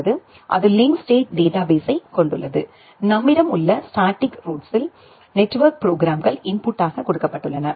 உள்ளது அது link state டேட்டாபேஸ்சை கொண்டுள்ளது நம்மிடம் உள்ள ஸ்டாடிக் ரூட்ஸ்ஸில் நெட்வொர்க் ப்ரோக்ராம்கள் இன்புட்டாக கொடுக்கப்பட்டுள்ளன